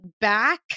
back